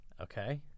Okay